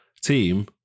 team